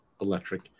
electric